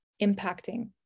impacting